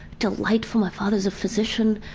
delightful! my father's a physician.